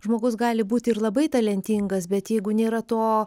žmogus gali būti ir labai talentingas bet jeigu nėra to